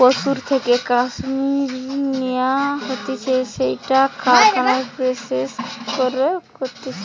পশুর থেকে কাশ্মীর ন্যাওয়া হতিছে সেটাকে কারখানায় প্রসেস বলতিছে